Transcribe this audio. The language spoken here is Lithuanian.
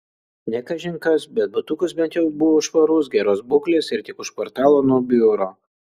ne kažin kas bet butukas bent jau buvo švarus geros būklės ir tik už kvartalo nuo biuro